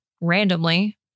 randomly